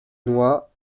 noie